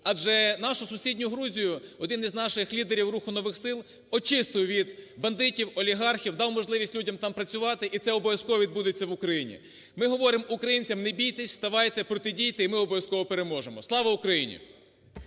Адже нашу сусідню Грузію один із наших лідерів "Руху нових сил" очистив від бандитів, олігархів, дав можливість людям там працювати і це обов'язково відбудеться в Україні. Ми говоримо українцям: не бійтесь, вставайте, протидійте і ми обов'язково переможемо. Слава Україні!